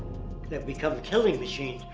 they become killing machines,